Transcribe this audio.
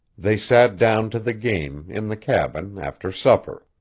they sat down to the game, in the cabin, after supper.